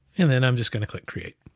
and then i'm just gonna click create.